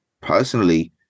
personally